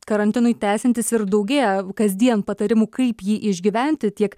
karantinui tęsiantis ir daugėja kasdien patarimų kaip jį išgyventi tiek